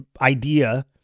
idea